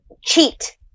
cheat